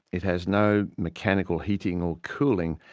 it has no mechanical heating or cooling,